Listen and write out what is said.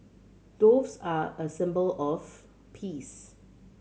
doves are a symbol of peace